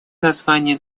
название